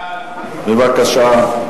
בבקשה.